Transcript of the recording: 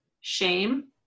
shame